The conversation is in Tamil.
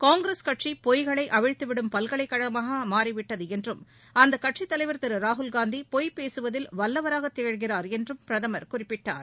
காங்கிரஸ் கட்சி பொய்களை அவிழ்த்து விடும் பல்கலைக்கழகமாக மாறி விட்டது என்றும் அக்கட்சித் தலைவர் திரு ராகுல்காந்தி பொய் பேசுவதில் வல்லவராகத் திகழ்கிறார் என்றும் பிரதமர் குறிப்பிட்டார்